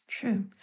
True